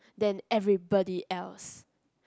then everybody else